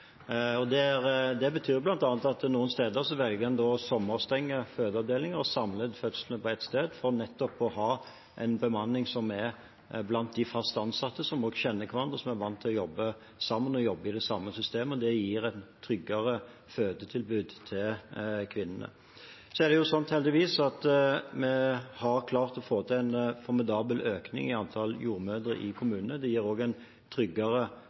Det betyr bl.a. at noen steder velger en da å sommerstenge fødeavdelinger og samle fødslene på ett sted, nettopp for å ha en bemanning med de fast ansatte, som kjenner hverandre, som er vant til å jobbe sammen og jobber i det samme systemet. Det gir et tryggere fødetilbud til kvinnene. Så har vi – heldigvis – klart å få til en formidabel økning i antall jordmødre i kommunene. Det gir også en tryggere planlegging og